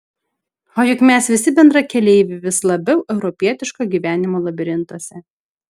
o juk mes visi bendrakeleiviai vis labiau europietiško gyvenimo labirintuose